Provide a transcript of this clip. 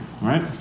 right